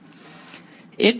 વિદ્યાર્થી